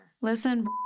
Listen